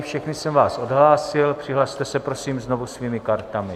Všechny jsem vás odhlásil, přihlaste se prosím znovu svými kartami.